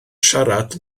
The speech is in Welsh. siarad